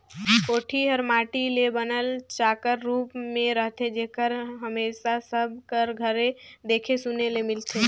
कोठी हर माटी ले बनल चाकर रूप मे रहथे जेहर हमेसा सब कर घरे देखे सुने ले मिलथे